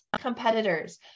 competitors